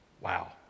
Wow